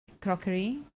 crockery